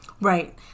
right